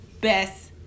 best